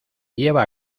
lleva